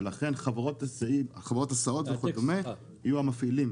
לכן חברות היסעים וכדומה יהיו מפעילים.